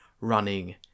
running